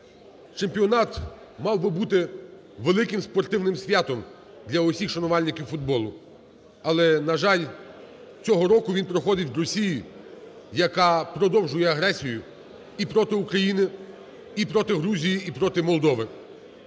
Чемпіонат мав би бути великим спортивним святом для усіх шанувальників футболу, але, на жаль, цього року він проходить в Росії, яка продовжує агресію і проти України, і проти Грузії, і проти Молдови.